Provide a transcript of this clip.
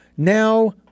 Now